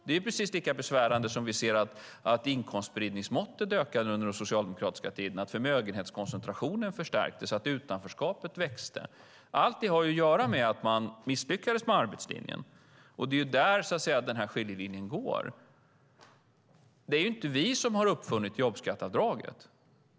Det är precis lika besvärande som att inkomstspridningsmåttet ökade under den socialdemokratiska tiden, att förmögenhetskoncentrationen förstärktes och att utanförskapet växte. Allt detta har att göra med att man misslyckades med arbetslinjen, och det är där som skiljelinjen går. Det är inte vi som har uppfunnit jobbskatteavdraget.